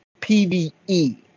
PvE